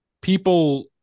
people